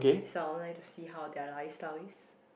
so I'd like to see how their lifestyle is